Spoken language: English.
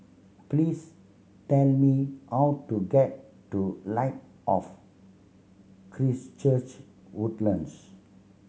please tern me how to get to Light of Christ Church Woodlands